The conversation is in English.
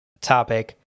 topic